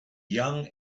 young